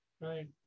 Right